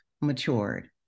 matured